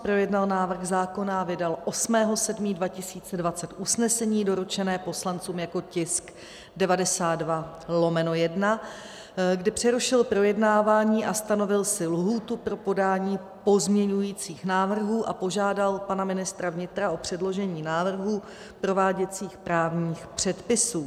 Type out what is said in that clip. Projednal návrh zákona a vydal 8. 7. 2020 usnesení doručené poslancům jako tisk 92/1, kdy přerušil projednávání a stanovil si lhůtu pro podání pozměňujících návrhů a požádal pana ministra vnitra o předložení návrhu prováděcích právních předpisů.